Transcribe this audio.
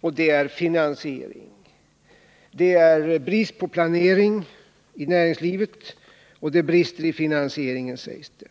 och ”finansiering”. Det är brister i fråga om planering i näringslivet och i fråga om finansieringen, sägs det.